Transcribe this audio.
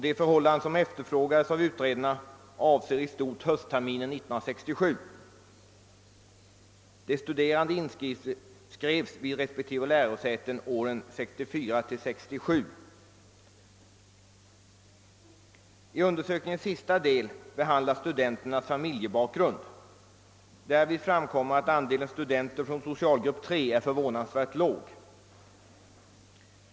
De förhållanden som efter frågades av utredarna avser i stort sett höstterminen 1967. De studerande inskrevs vid respektive lärosäten åren 1964—1967. I undersökningens sista del behandlas studenternas <familjebakgrund. Därvid framkommer att andelen studenter från socialgrupp III är förvånansvärt låg.